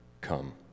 come